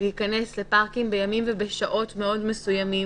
להיכנס לפארקים בימים ובשעות מאוד מסוימים.